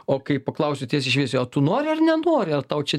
o kai paklausiau tiesiai šviesiai o tu nori ar nenori ar tau čia